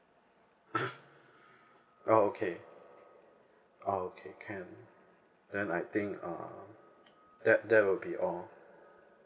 oh okay oh okay can then I think uh that that will be all